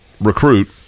recruit